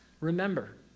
Remember